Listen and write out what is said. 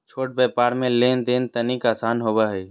छोट व्यापार मे लेन देन तनिक आसान होवो हय